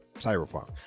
Cyberpunk